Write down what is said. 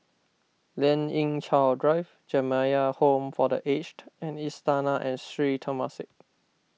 Lien Ying Chow Drive Jamiyah Home for the Aged and Istana and Sri Temasek